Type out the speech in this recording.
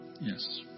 Yes